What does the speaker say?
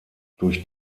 durch